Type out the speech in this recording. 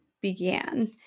began